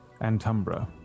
Antumbra